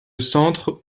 centre